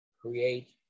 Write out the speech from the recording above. create